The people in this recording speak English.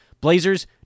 Blazers